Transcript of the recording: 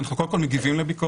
אנחנו קודם כל מגיבים לביקורת,